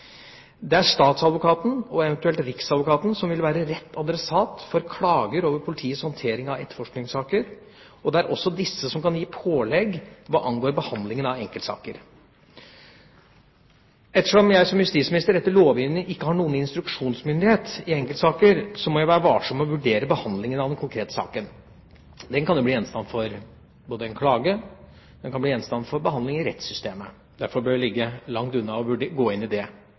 Det er statsadvokaten og eventuelt riksadvokaten som vil være rett adressat for klager over politiets håndtering av etterforskningssaker, og det er også disse som kan gi pålegg hva angår behandlingen av enkeltsaker. Ettersom jeg som justisminister, etter lovgivningen, ikke har noen instruksjonsmyndighet i enkeltsaker, må jeg være varsom med å vurdere behandlingen av den konkrete saken. Den kan jo bli gjenstand for en klage, og den kan bli gjenstand for behandling i rettssystemet. Derfor bør vi ligge langt unna å gå inn i det.